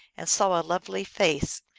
and saw a lovely face.